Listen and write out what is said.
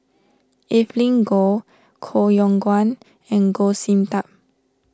Evelyn Goh Koh Yong Guan and Goh Sin Tub